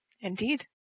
Indeed